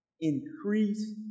Increase